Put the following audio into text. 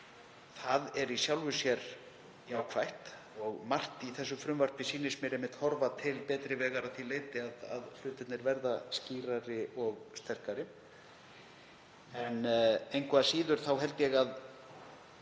það er í sjálfu sér jákvætt. Margt í frumvarpinu sýnist mér einmitt horfa til betri vegar að því leyti að hlutirnir verða skýrari og sterkari. Engu að síður held ég að